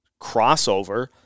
crossover